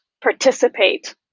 participate